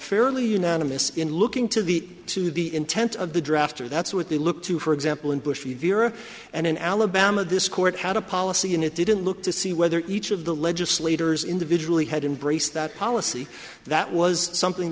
fairly unanimous in looking to the to the intent of the drafter that's what they look to for example in bush and in alabama this court had a policy and it didn't look to see whether each of the legislators individual he had embraced that policy that was something